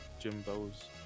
Jimbo's